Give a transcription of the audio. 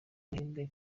amahirwe